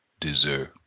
deserve